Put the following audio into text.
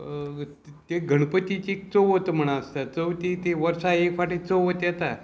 ते गणपतीची चवथ म्हण आसता चवथी ती वर्सा एक फाटी चवथ येता